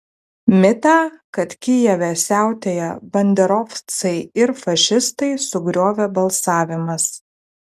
mitą kad kijeve siautėja banderovcai ir fašistai sugriovė balsavimas